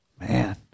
Man